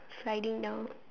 sliding down